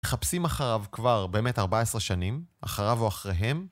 מחפשים אחריו כבר באמת 14 שנים, אחריו או אחריהם?